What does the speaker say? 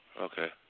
Okay